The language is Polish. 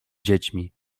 dziećmi